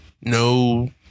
no